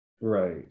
right